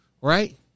right